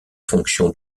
fonction